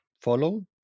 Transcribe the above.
follow